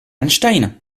einstein